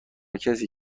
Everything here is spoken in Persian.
کسیه